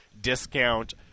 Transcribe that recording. discount